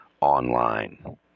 online